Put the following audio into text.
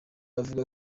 avuga